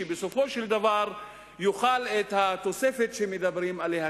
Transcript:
שבסופו של דבר יאכל את התוספת שמדברים עליה.